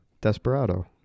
Desperado